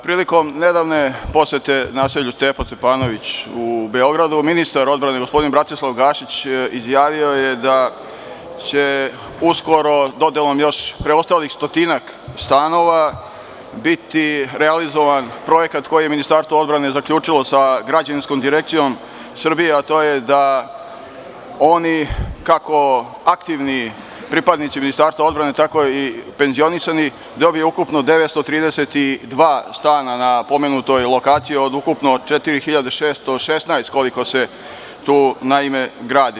Prilikom nedavne posete naselju Stepa Stepanović u Beogradu, ministar odbrane gospodin Bratislav Gašić izjavio je da će dodelom preostalih stotinak stanova biti realizovan projekat koji je Ministarstvo odbrane zaključilo sa Građevinskom direkcijom Srbije, a to je da oni, kako aktivni pripadnici Ministarstva odbrane, tako i penzionisani, dobiju ukupno 932 stana na pomenutoj lokaciji od ukupno 4.616, koliko se tu gradi.